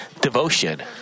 devotion